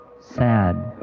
sad